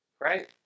right